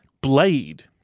Blade